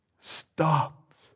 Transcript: stops